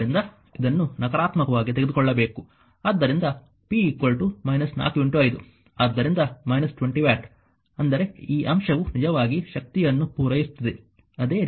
ಆದ್ದರಿಂದ ಇದನ್ನು ನಕಾರಾತ್ಮಕವಾಗಿ ತೆಗೆದುಕೊಳ್ಳಬೇಕು ಆದ್ದರಿಂದ p −4 5 ಆದ್ದರಿಂದ 20 ವ್ಯಾಟ್ ಅಂದರೆ ಈ ಅಂಶವು ನಿಜವಾಗಿ ಶಕ್ತಿಯನ್ನು ಪೂರೈಸುತ್ತಿದೆ